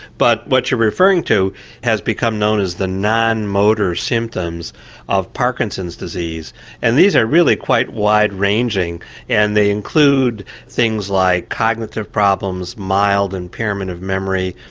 but what you're referring to has become known as the non-motor symptoms of parkinson's disease and these are really quite wide ranging and they include things like cognitive problems, mild impairment of memory,